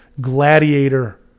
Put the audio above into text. gladiator